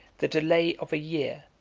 the delay of a year,